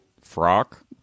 frock